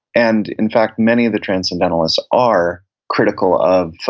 and in fact, many of the transcendentalists are critical of